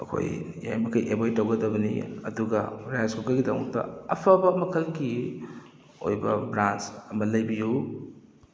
ꯑꯩꯈꯣꯏ ꯌꯥꯔꯤ ꯃꯈꯩ ꯑꯦꯕꯣꯏꯗ ꯇꯧꯒꯗꯕꯅꯤ ꯑꯗꯨꯒ ꯔꯥꯏꯁ ꯀꯨꯀꯔꯒꯤꯗꯃꯛꯇ ꯑꯐꯕ ꯃꯈꯜꯒꯤ ꯑꯣꯏꯕ ꯕ꯭ꯔꯥꯟꯁ ꯑꯃ ꯂꯩꯕꯤꯎ